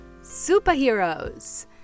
Superheroes